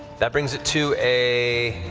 that brings it to a